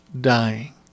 dying